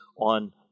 on